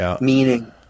meaning